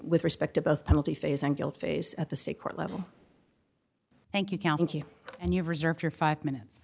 with respect to both penalty phase and guilt phase at the state court level thank you and you've reserved your five minutes